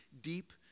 deep